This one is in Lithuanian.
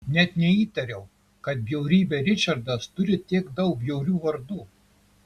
net neįtariau kad bjaurybė ričardas turi tiek daug bjaurių vardų